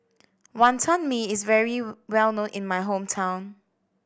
Wonton Mee is very well known in my hometown